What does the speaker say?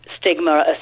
stigma